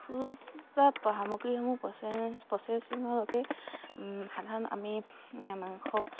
পশুজাত সামগ্ৰীসমূহ প্ৰচেছিঙৰ বাবে সাধাৰণ আমি মাংস